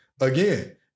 again